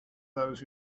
those